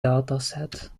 dataset